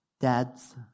Dads